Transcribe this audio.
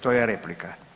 To je replika?